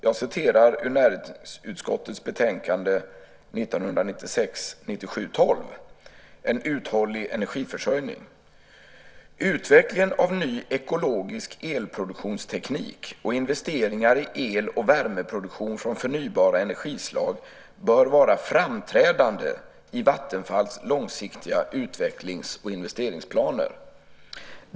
Jag citerar ur näringsutskottets betänkande 1996/97:NU12 En uthållig energiförsörjning : "Utvecklingen av ny ekologisk elproduktionsteknik och investeringar i el och värmeproduktion från förnybara energislag bör vara framträdande i Vattenfalls långsiktiga utvecklings och investeringsplaner."